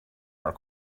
our